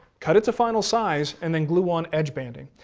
cut it to final size, and then glue on edge banding.